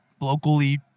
locally